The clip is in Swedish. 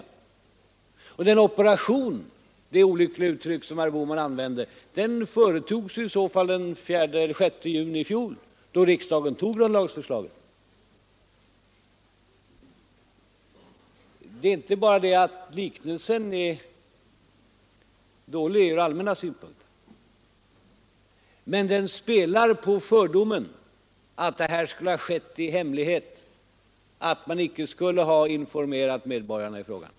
Operationen — det olyckliga uttryck som herr Bohman använde — företogs i så fall den 6 juni i fjol då riksdagen antog grundlagsförslaget. Det är inte bara det att liknelsen är dålig ur allmän synpunkt, utan den spelar på fördomen att arbetet skulle ha skett i hemlighet och att medborgarna icke skulle ha informerats.